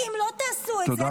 כי אם לא תעשו את זה,